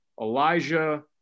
Elijah